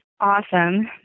awesome